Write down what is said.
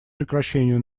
прекращению